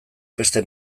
beste